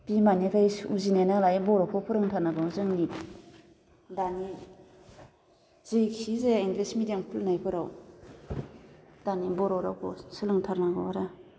बिमानिफ्राय सोमजिनाय नालाय बर'खौ फोरोंथारनांगौ जोंनि दानि जेखि जाया इंग्लिस मेडियाम खुलिनायफोराव दानि बर' रावखौ सोलोंथारनांगौ आरो